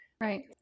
right